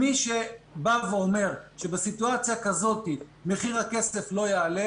מי שבא ואומר שבסיטואציה כזאת מחיר הכסף לא יעלה